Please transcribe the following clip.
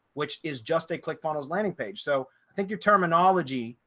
which is just a click funnels landing page. so i think your terminology,